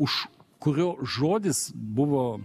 už kurio žodis buvo